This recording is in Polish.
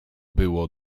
było